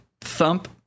thump